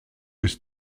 ist